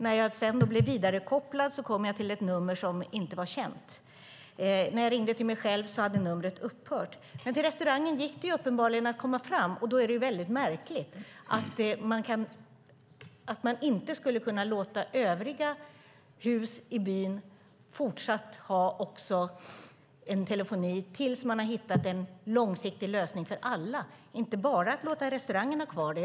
När jag sedan blev vidarekopplad kom jag till ett nummer som inte var känt. När jag ringde till mig själv hade numret upphört. Men till restaurangen gick det uppenbarligen att komma fram. Då är det väldigt märkligt att man inte skulle kunna låta övriga hus i byn fortsatt ha fast telefoni tills man har hittat en långsiktig lösning för alla, inte bara låta restaurangen ha kvar fast telefoni.